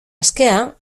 askea